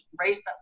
recently